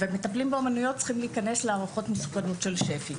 מטפלים באומניות צריכים להיכנס להערכות מסוכנות של שפ"י.